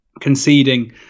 conceding